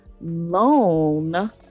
loan